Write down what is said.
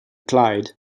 clyde